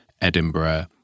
Edinburgh